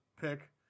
pick